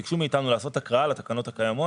ביקשו מאיתנו להקריא את התקנות הקיימות.